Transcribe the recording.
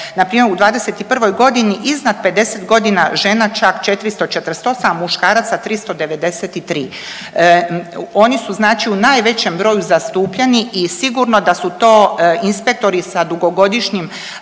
da je npr. u '21. g. iznad 50 godina žena čak 448, muškaraca 393. Oni su znači u najvećem broju zastupljeni i sigurno da su to inspektori sa dugogodišnjim